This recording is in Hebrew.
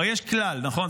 הרי יש כלל, נכון?